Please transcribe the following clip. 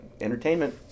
entertainment